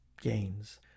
gains